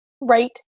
right